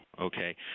okay